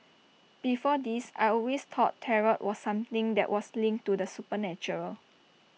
before this I always thought tarot was something that was linked to the supernatural